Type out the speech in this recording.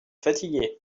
fatigués